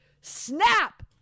snap